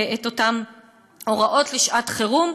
את אותן הוראות לשעת-חירום,